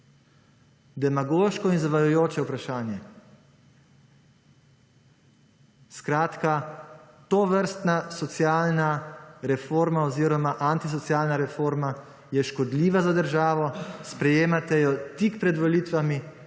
Demagoško in zavajajoče vprašanje. skratka, tovrstna socialna reforma oziroma antisocialna reforma je škodljiva za državo. Sprejemate jo tik pred volitvami,